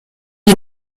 est